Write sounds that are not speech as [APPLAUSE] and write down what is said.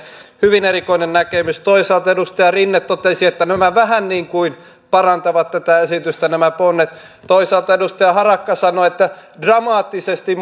hyvin erikoinen näkemys toisaalta edustaja rinne totesi että nämä ponnet vähän niin kuin parantavat tätä esitystä toisaalta edustaja harakka sanoi että ne dramaattisesti [UNINTELLIGIBLE]